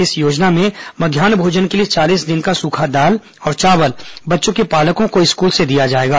इस योजना में मध्यान्ह भोजन के लिए चालीस दिन का सूखा दाल और चावल बच्चों के पालकों को स्कूल से दिया जाएगा